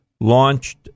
launched